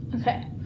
Okay